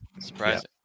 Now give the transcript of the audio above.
Surprising